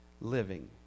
living